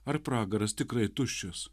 ar pragaras tikrai tuščias